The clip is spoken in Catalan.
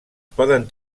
poden